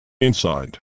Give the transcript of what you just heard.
inside